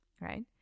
Right